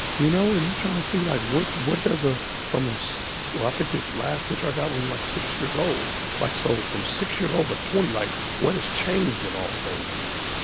you know, and you're tryin' to see like what what does a, from a. so well, i think his last picture i got when he was like six-years-old, like, so from six-years-old to twenty, like what has changed in all those years?